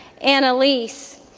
Annalise